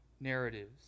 narratives